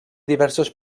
diversos